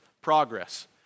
progress